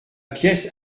pièce